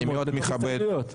מה זה צריך להיות?